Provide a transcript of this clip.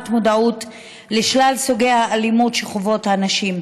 מודעות לשלל סוגי האלימות שחוות הנשים: